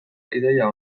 ideia